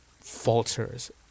falters